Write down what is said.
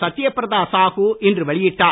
சத்திய பிரதா சாஹு இன்று வெளியிட்டார்